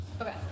Okay